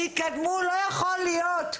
תתקדמו, לא יכול להיות.